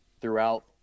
throughout